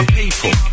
people